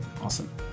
Awesome